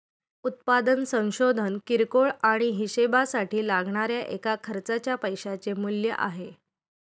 उत्पादन संशोधन किरकोळ आणि हीशेबासाठी लागणाऱ्या एका खर्चाच्या पैशाचे मूल्य आहे